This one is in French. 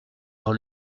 dans